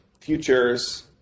futures